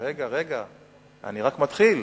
רגע, רגע, אני רק מתחיל.